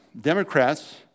Democrats